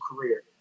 career